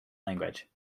language